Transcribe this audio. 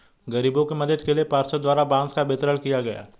गरीबों के मदद के लिए पार्षद द्वारा बांस का वितरण किया गया